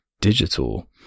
digital